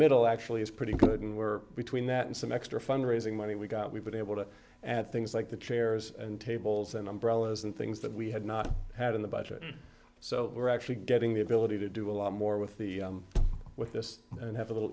middle actually is pretty good and we're between that and some extra fund raising money we've got we've been able to add things like the chairs and tables and umbrellas and things that we had not had in the budget so we're actually getting the ability to do a lot more with the with this and have a little